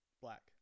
Black